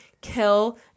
kill